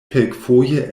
kelkfoje